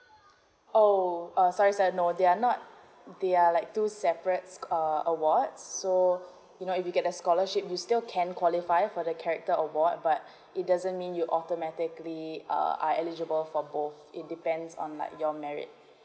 orh uh sorry sorry no they are not they are like two separate uh awards so you know if you get the scholarship you still can qualify for the character award but it doesn't mean you automatically uh are eligible for both it depends on like your merit